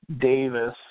Davis